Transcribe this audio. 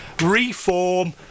reform